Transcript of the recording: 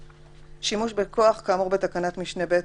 (ג)שימוש בכוח כאמור בתקנת משנה (ב)